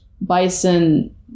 bison